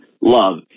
love